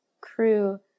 crew